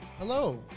Hello